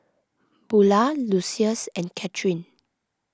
Bula Lucious and Kathyrn